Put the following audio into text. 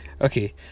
Okay